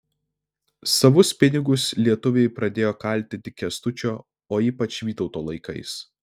savus pinigus lietuviai pradėjo kalti tik kęstučio o ypač vytauto laikais